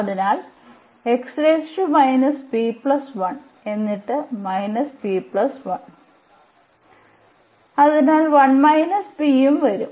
അതിനാൽ എന്നിട്ട് p 1 അതിനാൽ 1 p യും വരും